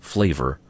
flavor